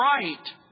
right